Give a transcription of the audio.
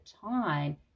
time